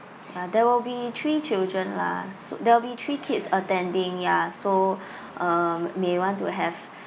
ah there will be three children lah so there'll be three kids attending ya so um may want to have